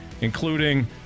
including